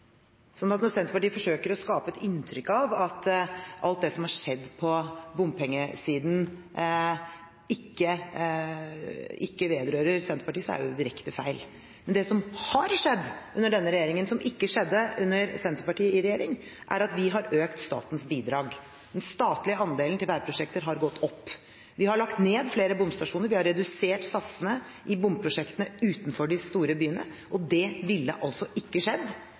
Så når Senterpartiet forsøker å skape et inntrykk av at alt det som har skjedd på bompengesiden, ikke vedrører Senterpartiet, er det direkte feil. Men det som har skjedd, og som ikke skjedde med Senterpartiet i regjering, er at vi har økt statens bidrag. Den statlige andelen til veiprosjekter har gått opp. Vi har lagt ned flere bomstasjoner, vi har redusert satsene i bomprosjektene utenfor de store byene, og det ville ikke skjedd